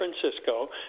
Francisco